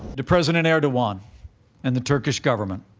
to president erdogan and the turkish government,